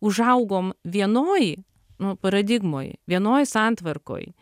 užaugom vienoj nu paradigmoj vienoj santvarkoj